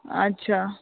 अच्छा